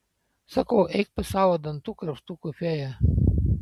sakau eik pas savo dantų krapštukų fėją